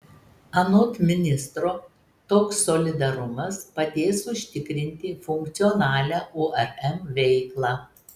anot ministro toks solidarumas padės užtikrinti funkcionalią urm veiklą